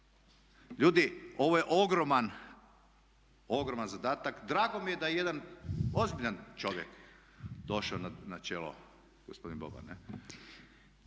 Ljudi ovo je ogroman zadatak. Drago mi je da je jedan ozbiljan čovjek došao na čelo gospodin Boban,